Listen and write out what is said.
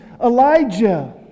Elijah